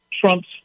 Trump's